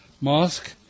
Mosque